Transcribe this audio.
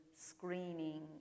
screening